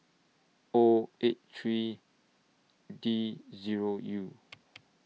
O eight three D Zero U